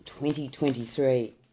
2023